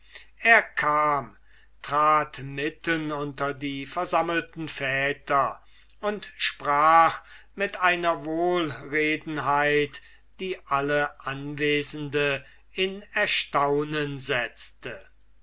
er kam trat mitten unter die versammelten väter und sprach mit einer wohlredenheit die alle anwesenden in erstaunen setzte